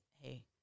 hey